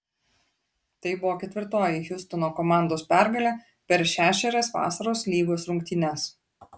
tai buvo ketvirtoji hjustono komandos pergalė per šešerias vasaros lygos rungtynes